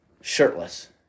shirtless